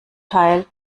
teil